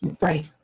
Right